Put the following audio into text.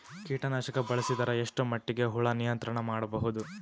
ಕೀಟನಾಶಕ ಬಳಸಿದರ ಎಷ್ಟ ಮಟ್ಟಿಗೆ ಹುಳ ನಿಯಂತ್ರಣ ಮಾಡಬಹುದು?